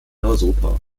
europa